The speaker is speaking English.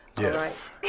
Yes